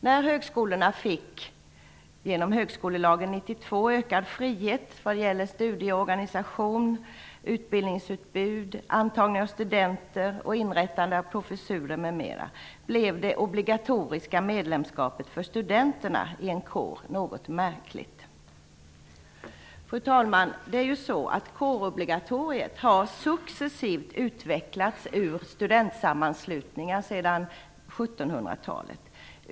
När högskolorna genom högskolelagen 1992 fick ökad frihet i vad gäller studieorganisation, utbildningsutbud, antagning av studenter, inrättande av professurer m.m. blev det obligatoriska medlemskapet för studenterna i en kår något märkligt. Fru talman! Kårobligatoriet har successivt utvecklats ur studentsammanslutningar sedan 1700-talet.